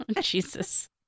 Jesus